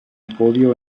podio